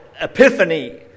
epiphany